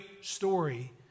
story